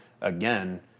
again